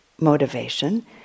motivation